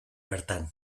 bertan